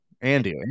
Andy